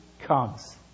comes